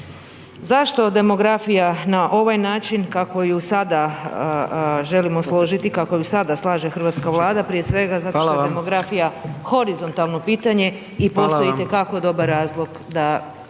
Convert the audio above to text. Zašto demografija na ovaj način kako ju sada želimo složiti, kako ju sada slaže hrvatska Vlada, prije svega zato što .../Upadica: Hvala./... je demografija horizontalno